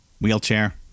wheelchair